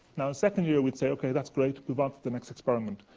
now in second year, we'd say, okay, that's great. move on to the next experiment.